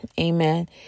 Amen